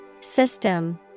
System